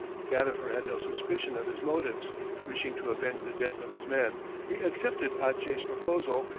gadifer had no suspicion of his motives wishing to avenge the death of his men, he accepted ache's proposal,